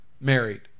married